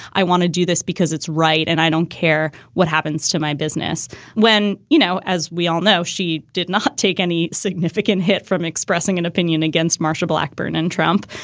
i want to do this because it's right. and i don't care what happens to my business when, you know, as we all know, she did not take any significant hit from expressing an opinion against marsha blackburn and trump.